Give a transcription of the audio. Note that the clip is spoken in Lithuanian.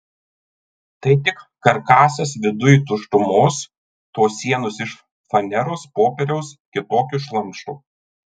tai tik karkasas viduj tuštumos tos sienos iš faneros popieriaus kitokio šlamšto